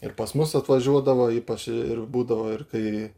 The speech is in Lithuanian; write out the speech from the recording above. ir pas mus atvažiuodavo ypač ir būdavo ir kai